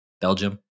Belgium